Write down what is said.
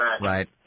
right